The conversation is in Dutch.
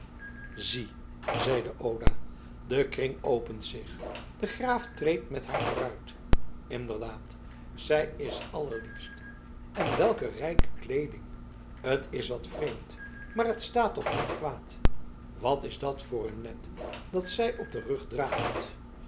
zie zeide oda de kring opent zich de graaf treedt met haar vooruit inderdaad zij is allerliefst en welke rijke kleeding t is wat vreemd maar t staat toch niet kwaad wat is dat voor een net dat zij op den rug draagt